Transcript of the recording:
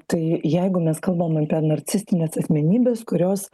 tai jeigu mes kalbam apie narcistines asmenybes kurios